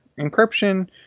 encryption